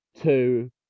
two